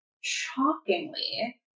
shockingly